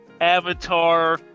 Avatar